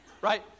right